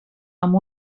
amb